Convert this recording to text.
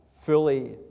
fully